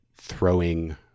throwing